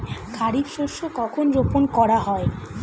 খারিফ শস্য কখন রোপন করা হয়?